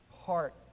heart